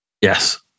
Yes